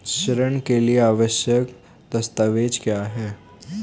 ऋण के लिए आवश्यक दस्तावेज क्या हैं?